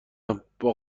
ام، با